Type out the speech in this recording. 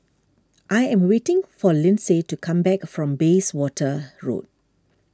I am waiting for Lindsay to come back from Bayswater Road